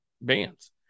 bands